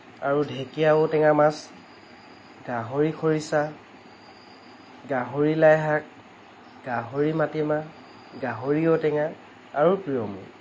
আৰু ঢেকীয়া ঔটেঙা মাছ গাহৰি খৰিচা গাহৰি লাই শাক গাহৰি মাতিমাহ গাহৰি ঔটেঙা আৰু প্ৰিয় মোৰ